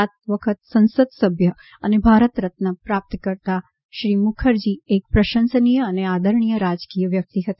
સાત વખત સંસદસભ્ય અને ભારત રત્ન પ્રાપ્તકર્તા શ્રી મુખરજી એક પ્રશંસનીય અને આદરણીય રાજકીય વ્યક્તિત્વ હતા